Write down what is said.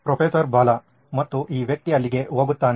professor Bala ಮತ್ತು ಈ ವ್ಯಕ್ತಿ ಅಲ್ಲಿಗೆ ಹೋಗುತ್ತಾನೆ